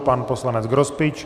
Pan poslanec Grospič.